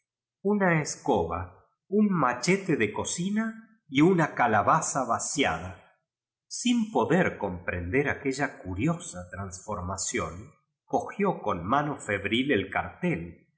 una escoba un machete de rocina y una calabaza vaciada sin poder comprender aquella curiosa transformación cogió con mano febril el car